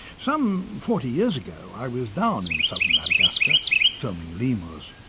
some forty years ago i was down in southern madagascar filming lemurs.